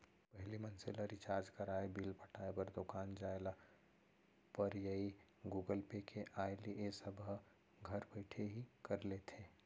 पहिली मनसे ल रिचार्ज कराय, बिल पटाय बर दुकान जाय ल परयए गुगल पे के आय ले ए सब ह घर बइठे ही कर लेथे